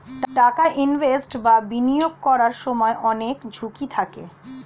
টাকা ইনভেস্ট বা বিনিয়োগ করার সময় অনেক ঝুঁকি থাকে